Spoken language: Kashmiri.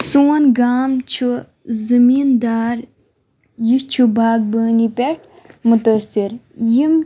سون گام چھُ زٔمیٖندار یہِ چھُ باغبٲنی پیٚٹھ مُتٲثر یِم